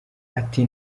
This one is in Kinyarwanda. ati